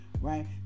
right